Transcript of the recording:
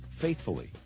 faithfully